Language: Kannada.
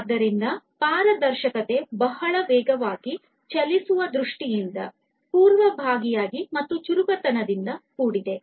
ಆದ್ದರಿಂದ ಪಾರದರ್ಶಕತೆ ಬಹಳ ವೇಗವಾಗಿ ಚಲಿಸುವ ದೃಷ್ಟಿಯಿಂದ ಪೂರ್ವಭಾವಿಯಾಗಿ ಮತ್ತು ಚುರುಕುತನದಿಂದ ಕೂಡಿದೆ